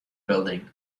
building